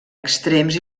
extrems